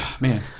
Man